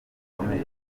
bukomeye